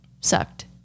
sucked